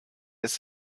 ist